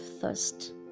thirst